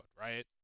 right